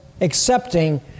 accepting